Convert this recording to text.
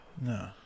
No